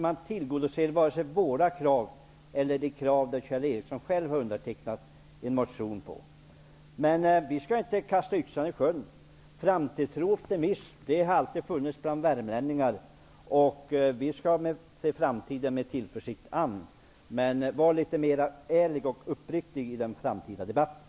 Man tillgodoser varken våra krav eller de krav som Kjell Ericsson själv har undertecknat i en motion. Men vi skall inte kasta yxan i sjön. Framtidstro och optimism har alltid funnits bland värmlänningar, och vi skall se framtiden an med tillförsikt. Men var litet ärligare och uppriktigare i den framtida debatten!